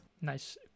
Nice